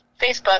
Facebook